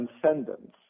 transcendence